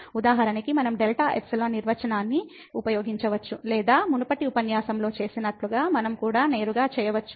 ఉదాహరణకు మనం delta epsilon నిర్వచనాన్ని ఉపయోగించవచ్చు లేదా మునుపటి ఉపన్యాసంలో చేసినట్లుగా మనం కూడా నేరుగా చేయవచ్చు